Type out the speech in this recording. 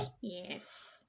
yes